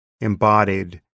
embodied